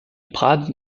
prades